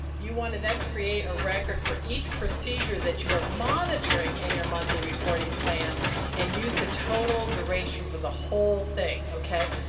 you want to then create a record for each procedure that you are monitoring in your monthly reporting plan and use the total duration for the whole thing. okay?